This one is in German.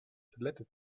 toilette